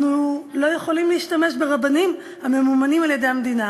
אנחנו לא יכולים להשתמש ברבנים הממומנים על-ידי המדינה